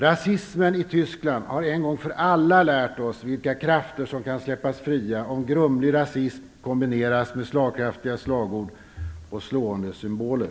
Rasismen i Tyskland har en gång för alla lärt oss vilka krafter som kan släppas fria om grumlig rasism kombineras med slagkraftiga slagord och slående symboler.